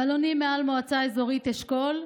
בלונים מעל מועצה אזורית אשכול,